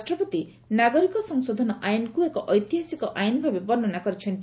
ରାଷ୍ଟ୍ରପତି ନାଗରିକ ସଂଶୋଧନ ଆଇନକୁ ଏକ ଐତିହାସିକ ଆଇନ ଭାବେ ବର୍ଷ୍ଣନା କରିଛନ୍ତି